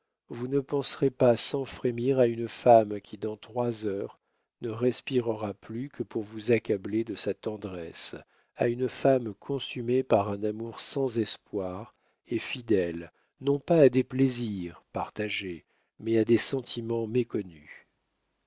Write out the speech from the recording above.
vous ne penserez pas sans frémir à une femme qui dans trois heures ne respirera plus que pour vous accabler de sa tendresse à une femme consumée par un amour sans espoir et fidèle non pas à des plaisirs partagés mais à des sentiments méconnus